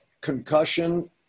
concussion